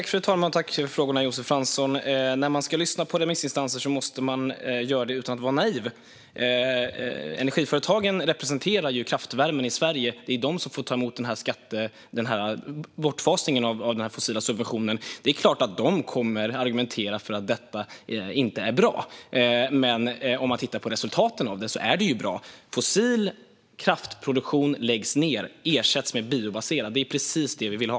Fru talman! Tack för frågorna, Josef Fransson! När man ska lyssna på remissinstanser måste man göra det utan att vara naiv. Energiföretagen representerar kraftvärmen i Sverige, och är ju de som påverkas av utfasningen av subventioner. Det är klart att de kommer att argumentera för att det inte är bra, men om man tittar på resultaten av det ser man att det är bra. Fossil kraftproduktion läggs ned och ersätts med biobaserad produktion. Det är precis detta vi vill åt.